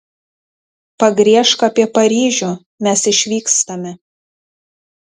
pagriežk apie paryžių mes išvykstame